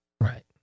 Right